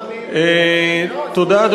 תודה.